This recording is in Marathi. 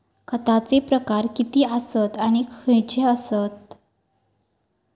खतांचे प्रकार किती आसत आणि खैचे आसत?